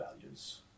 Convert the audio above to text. values